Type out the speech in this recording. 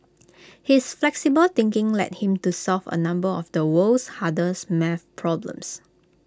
his flexible thinking led him to solve A number of the world's hardest math problems